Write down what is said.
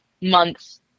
months